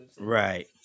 Right